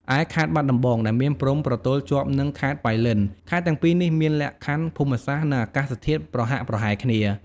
ឯខេត្តបាត់ដំបងដែលមានព្រំប្រទល់ជាប់នឹងខេត្តប៉ៃលិនខេត្តទាំងពីរនេះមាន លក្ខខណ្ឌភូមិសាស្ត្រ និងអាកាសធាតុប្រហាក់ប្រហែលគ្នា។